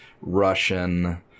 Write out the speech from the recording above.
Russian